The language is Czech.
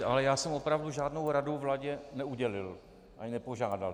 Ale já jsem opravdu žádnou rady vládě neudělil ani nepožádal.